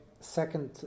second